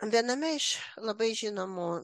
viename iš labai žinomų